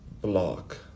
block